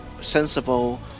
sensible